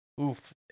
oof